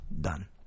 done